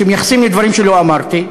שמייחסים לי דברים שלא אמרתי.